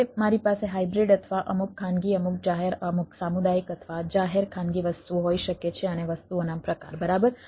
હવે મારી પાસે હાઈબ્રિડ અથવા અમુક ખાનગી અમુક જાહેર અમુક સામુદાયિક અથવા જાહેર ખાનગી વસ્તુઓ હોઈ શકે છે અને વસ્તુઓના પ્રકાર બરાબર